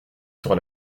sur